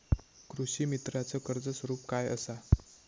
कृषीमित्राच कर्ज स्वरूप काय असा?